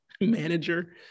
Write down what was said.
manager